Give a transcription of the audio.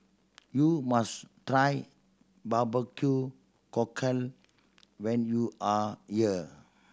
you must try barbecue cockle when you are year